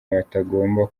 batagomba